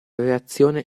reazione